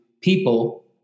people